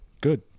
good